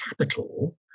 capital